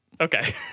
Okay